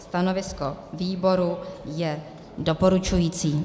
Stanovisko výboru je doporučující.